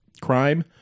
crime